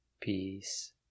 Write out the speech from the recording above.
peace